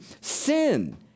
sin